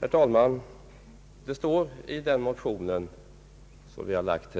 Herr talman! Det står i den motion som vi har väckt: